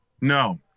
no